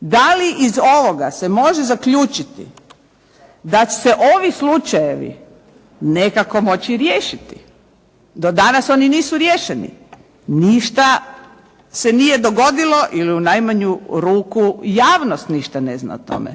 Da li iz ovoga se može zaključiti da će se ovi slučajevi nekako moći riješiti? Do danas oni nisu riješeni. Ništa se nije dogodilo ili u najmanju ruku javnost ništa ne zna o tome.